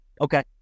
okay